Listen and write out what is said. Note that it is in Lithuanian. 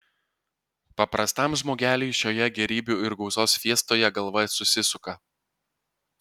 paprastam žmogeliui šioje gėrybių ir gausos fiestoje galva susisuka